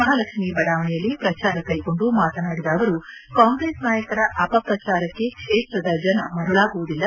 ಮಹಾಲಕ್ಷ್ಮೀ ಬಡಾವಣೆಯಲ್ಲಿ ಪ್ರಚಾರ ಕೈಗೊಂಡ ಮಾತನಾಡಿದ ಅವರು ಕಾಂಗ್ರೆಸ್ ನಾಯಕರ ಅಪಪ್ರಚಾರಕ್ಕೆ ಕ್ಷೇತ್ರದ ಜನ ಮರಳಾಗುವುದಿಲ್ಲ